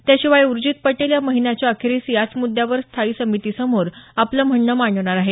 त्याशिवाय उर्जीत पटेल या महिन्याच्या अखेरीस याच मुद्यावर स्थायी समितीसमोर आपलं म्हणणं मांडणार आहेत